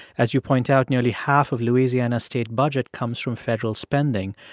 as you point out, nearly half of louisiana state budget comes from federal spending.